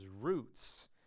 roots